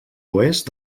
oest